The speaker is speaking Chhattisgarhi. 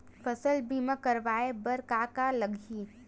फसल बीमा करवाय बर का का लगही?